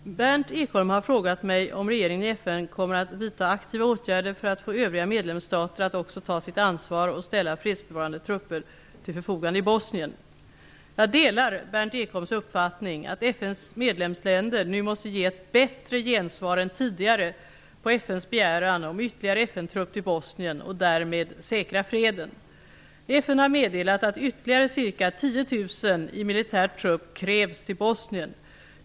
Fru talman! Berndt Ekholm har frågat mig om regeringen i FN kommer att vidta aktiva åtgärder för att få övriga medlemsstater att också ta sitt ansvar och ställa fredsbevarande trupper till förfogande i Bosnien. Jag delar Berndt Ekholms uppfattning att FN:s medlemsländer nu måste ge ett bättre gensvar än tidigare på FN:s begäran om ytterligare FN-trupp till Bosnien och därmed säkra freden. FN har meddelat att ytterligare ca 10 000 i militär trupp krävs till Bosnien.